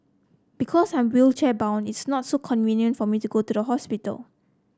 because I'm wheelchair bound it's not so convenient for me to go to the hospital